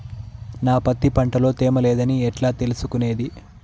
నా పత్తి పంట లో తేమ లేదని ఎట్లా తెలుసుకునేది?